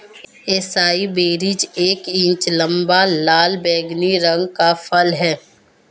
acai berries एक inch लंबा, लाल बैंगनी रंग का फल है